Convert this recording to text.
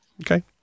Okay